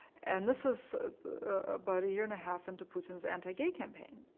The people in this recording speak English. and this is about a year and a half into putin's anti-gay campaign,